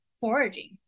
foraging